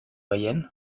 gehien